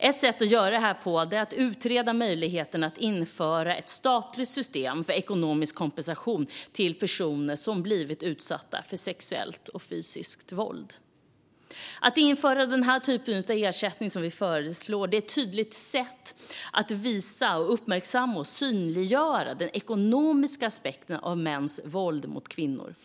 Ett sätt att göra detta är att utreda möjligheten att införa ett statligt system för ekonomisk kompensation till personer som blivit utsatta för sexuellt och fysiskt våld. Att införa den typ av ersättning som vi föreslår är också ett tydligt sätt att uppmärksamma och synliggöra den ekonomiska aspekten av mäns våld mot kvinnor.